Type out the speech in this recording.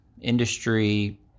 industry